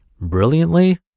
brilliantly